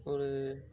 ஒரு